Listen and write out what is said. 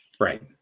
Right